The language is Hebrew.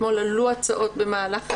אתמול עלו הצעות במהלך הערב.